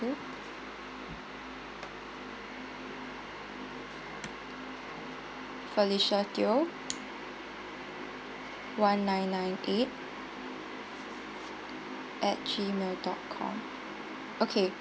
to felicia teoh one nine nine eight at gmail dot com okay